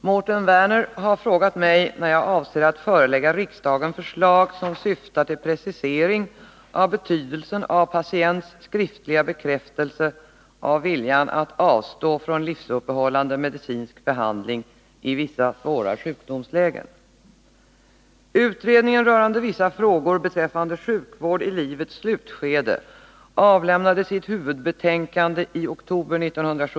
IT utredningsbetänkandet I livets slutskede behandlas bl.a. patients skriftliga bekräftelse av viljan att i vissa svåra sjukdomslägen avstå från livsuppehållande medicinsk behandling. Kommittén anser att dylik viljeyttring inte kan vara juridiskt bindande men väl ”väga tungt” vid beslut om behandling.